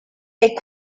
est